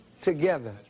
together